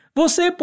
você